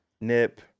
Nip